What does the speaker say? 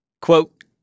Quote